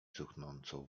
cuchnącą